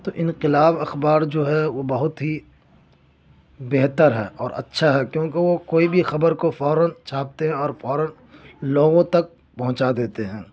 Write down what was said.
تو انقلاب اخبار جو ہے وہ بہت ہی بہتر ہے اور اچّھا ہے کیونکہ وہ کوئی بھی خبر کو فوراََ چھاپتے ہیں اور فوراََ لوگوں تک پہنچا دیتے ہیں